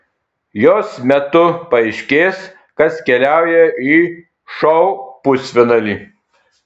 jos metu paaiškės kas keliauja į šou pusfinalį